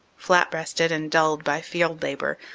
flat-breasted and dulled by field labor,